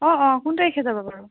অ' অ' কোন তাৰিখে যাবা বাৰু